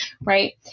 right